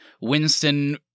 Winston